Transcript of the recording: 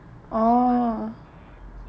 oh